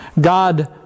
God